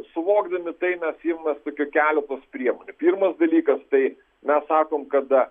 suvokdami tai mes imamės tokio keletos priemonių pirmas dalykas tai mes sakom kada